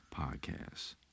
podcasts